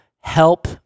help